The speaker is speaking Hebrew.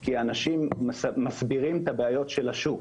כי אנשים מסבירים את הבעיות של השוק